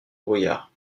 brouillard